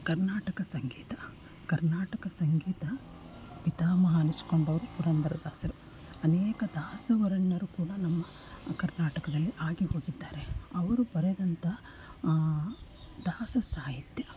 ಕರ್ನಾಟಕ ಸಂಗೀತ ಕರ್ನಾಟಕ ಸಂಗೀತ ಪಿತಾಮಹ ಅನ್ನಿಸಿಕೊಂಡವ್ರು ಪುರಂದರದಾಸರು ಅನೇಕ ದಾಸ ವರ್ಣರು ಕೂಡ ನಮ್ಮ ಕರ್ನಾಟಕದಲ್ಲಿ ಆಗಿ ಹೋಗಿದ್ದಾರೆ ಅವರು ಬರೆದಂತಹ ದಾಸ ಸಾಹಿತ್ಯ